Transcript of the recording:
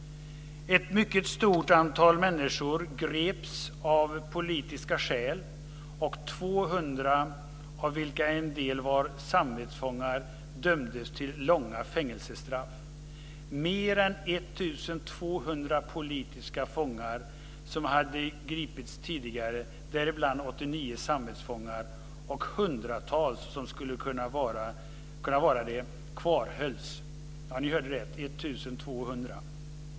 Ett mycket stort antal människor greps av politiska skäl, och 200, av vilka en del var samvetsfångar, dömdes till långa fängelsestraff. Mer än 1 200 politiska fångar som hade gripits tidigare, däribland 89 samvetsfångar och hundratals som skulle kunna vara det, kvarhölls. Ja, ni hörde det: 1 200!